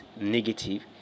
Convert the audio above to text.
negative